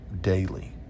daily